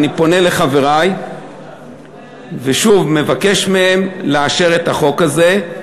אני פונה לחברי ושוב מבקש מהם לאשר את החוק זה.